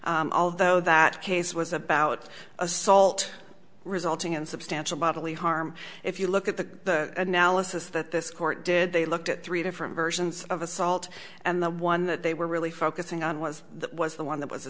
point although that case was about assault resulting in substantial bodily harm if you look at the analysis that this court did they looked at three different versions of assault and the one that they were really focusing on was was the one that was